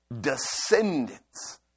descendants